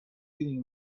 feeling